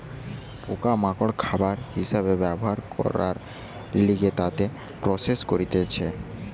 পোকা মাকড় খাবার হিসাবে ব্যবহার করবার লিগে তাকে প্রসেস করতিছে